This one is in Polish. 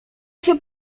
się